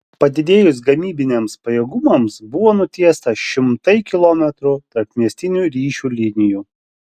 padidėjus gamybiniams pajėgumams buvo nutiesta šimtai kilometrų tarpmiestinių ryšių linijų